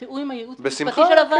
בתיאום עם הייעוץ המשפטי של הוועדה,